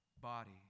body